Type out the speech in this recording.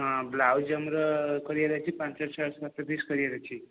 ହଁ ବ୍ଲାଉଜ ଆମର କରିବାର ଅଛି ପାଞ୍ଚ ଛ ସାତ ପିସ କରିବାର ଅଛି